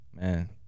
Man